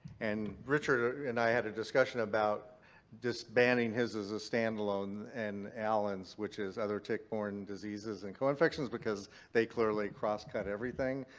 and richard ah and i had a discussion about disbanding his as a standalone and allen's which is other tick-borne diseases and co-infections because they clearly crosscut everything.